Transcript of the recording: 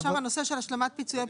הנושא של השלמת פיצויי פיטורים.